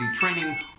training